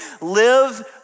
live